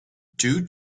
due